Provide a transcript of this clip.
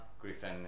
Griffin